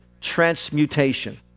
Transmutation